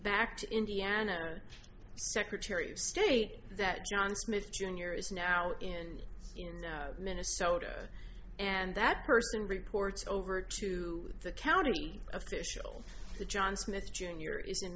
back to indiana secretary of state that john smith jr is now in minnesota and that person reports over to the county official the john smith jr is in